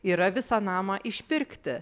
yra visą namą išpirkti